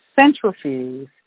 Centrifuge